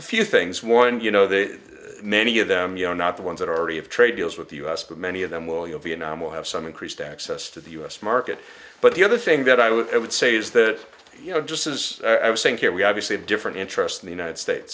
a few things one you know they many of them you are not the ones that already have trade deals with the u s but many of them will you vietnam will have some increased access to the u s market but the other thing that i would it would say is that you know just as i was saying here we obviously have different interests in the united states